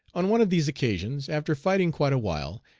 on one of these occasions, after fighting quite a while,